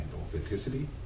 authenticity